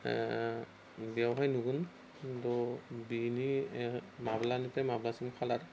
बेयावहाय नुगोन त' बेनि माब्लानिफ्राय माब्लासिम खालार